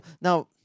Now